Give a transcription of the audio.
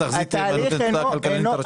התחזית היא על פי הכלכלנית הראשית.